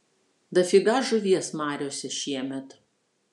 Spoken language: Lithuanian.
dafiga žuvies mariose šiemet